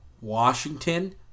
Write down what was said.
Washington